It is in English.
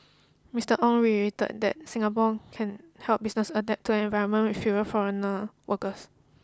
Mister Ong reiterated that Singapore can help businesses adapt to an environment with fewer foreigner workers